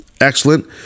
excellent